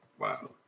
Wow